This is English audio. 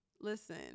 listen